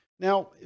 Now